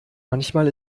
manchmal